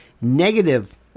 Negative